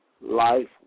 life